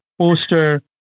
poster